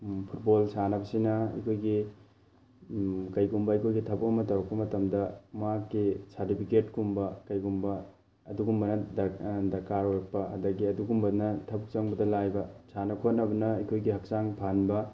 football ꯁꯥꯟꯅꯕꯁꯤꯅ ꯑꯩꯈꯣꯏꯒꯤ ꯀꯩꯒꯨꯝꯕ ꯑꯩꯈꯣꯏꯒꯤ ꯊꯕꯛ ꯑꯃ ꯇꯧꯔꯛꯄ ꯃꯇꯝꯗ ꯃꯥꯒꯤ ꯁꯥꯔꯇꯤꯐꯤꯒꯦꯠ ꯀꯨꯝꯕ ꯀꯩꯒꯨꯝꯕ ꯑꯗꯨꯒꯨꯝꯕ ꯃꯌꯥꯝ ꯗꯔꯀꯥꯔ ꯑꯣꯏꯔꯛꯄ ꯑꯗꯒꯤ ꯑꯗꯨꯒꯨꯝꯕꯅ ꯊꯕꯛ ꯆꯪꯕꯗ ꯂꯥꯏꯕ ꯁꯥꯟꯅ ꯈꯣꯠꯅꯕꯅ ꯑꯩꯈꯣꯏꯒꯤ ꯍꯛꯆꯥꯡ ꯐꯍꯟꯕ